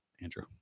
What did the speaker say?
Andrew